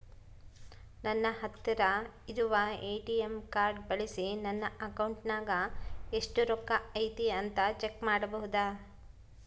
ನನ್ನ ಹತ್ತಿರ ಇರುವ ಎ.ಟಿ.ಎಂ ಕಾರ್ಡ್ ಬಳಿಸಿ ನನ್ನ ಅಕೌಂಟಿನಾಗ ಎಷ್ಟು ರೊಕ್ಕ ಐತಿ ಅಂತಾ ಚೆಕ್ ಮಾಡಬಹುದಾ?